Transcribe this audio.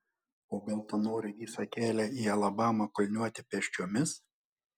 o gal tu nori visą kelią į alabamą kulniuoti pėsčiomis